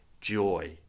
joy